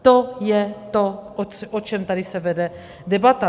To je to, o čem tady se vede debata.